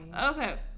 Okay